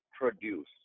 produce